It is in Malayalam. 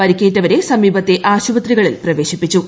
പരിക്കേറ്റവരെ സമീപത്തെ ആശുപത്രികളിൽ പ്രവേശിപ്പിച്ചു